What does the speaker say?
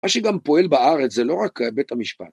מה שגם פועל בארץ זה לא רק בית המשפט.